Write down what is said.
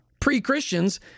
pre-Christians